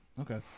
Okay